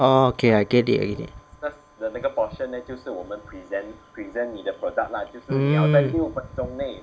orh okay I get it already mm